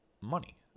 money